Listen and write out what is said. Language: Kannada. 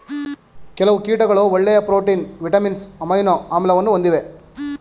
ಕೆಲವು ಕೀಟಗಳು ಒಳ್ಳೆಯ ಪ್ರೋಟೀನ್, ವಿಟಮಿನ್ಸ್, ಅಮೈನೊ ಆಮ್ಲವನ್ನು ಹೊಂದಿವೆ